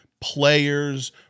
players